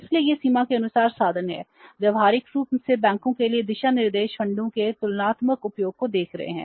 इसलिए यह सीमा के अनुसार साधन है व्यावहारिक रूप से बैंकों के लिए दिशा निर्देश फंडों के तुलनात्मक उपयोग को देख रहे हैं